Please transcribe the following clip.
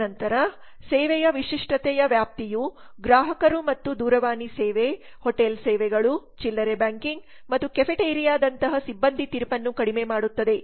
ತದನಂತರ ಸೇವೆಯ ವಿಶಿಷ್ಟತೆಯ ವ್ಯಾಪ್ತಿಯು ಗ್ರಾಹಕರು ಮತ್ತು ದೂರವಾಣಿ ಸೇವೆ ಹೋಟೆಲ್ ಸೇವೆಗಳು ಚಿಲ್ಲರೆ ಬ್ಯಾಂಕಿಂಗ್ ಮತ್ತು ಕೆಫೆಟೇರಿಯಾದಂತಹ ಸಿಬ್ಬಂದಿ ತೀರ್ಪನ್ನು ಕಡಿಮೆ ಮಾಡುತ್ತದೆ